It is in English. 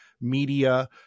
media